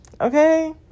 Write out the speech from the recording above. okay